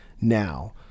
now